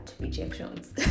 rejections